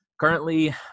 Currently